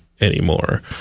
anymore